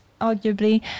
arguably